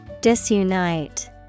Disunite